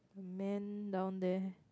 man down there